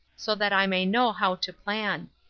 so that i may know how to plan.